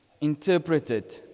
interpreted